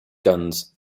guns